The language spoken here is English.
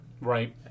Right